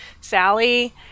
Sally